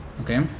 Okay